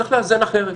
צריך לאזן אחרת.